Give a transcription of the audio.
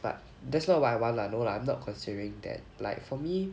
but that's not what I want lah no lah I'm not considering that like for me